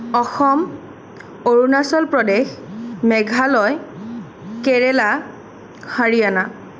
Assam Arunachal Pradesh Meghalaya Kerala Haryana